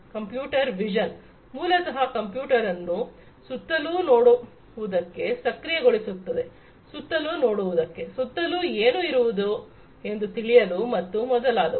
computer vision ಮೂಲತಹ ಕಂಪ್ಯೂಟರನ್ನು ಸುತ್ತಲೂ ನೋಡುವುದಕ್ಕೆ ಸಕ್ರಿಯಗೊಳಿಸುತ್ತದೆ ಸುತ್ತಲೂ ನೋಡುವುದಕ್ಕೆ ಸುತ್ತಲೂ ಏನು ಇರುವುದೆಂದು ತಿಳಿಯಲು ಮತ್ತು ಮೊದಲಾದವು